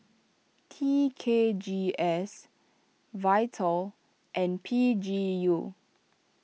T K G S Vital and P G U